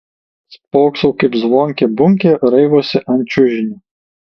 spoksau kaip zvonkė bunkė raivosi ant čiužinio